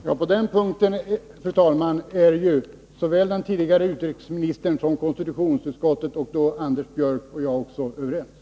Fru talman! På den punkten är såväl den tidigare utrikesministern, konstitutionsutskottet, Anders Björck som jag överens.